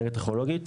אנרגיה טכנולוגית,